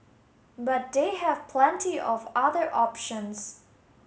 but they have plenty of other options